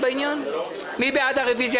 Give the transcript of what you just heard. מי בעד הרביזיה?